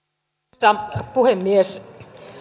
arvoisa puhemies